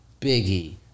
Biggie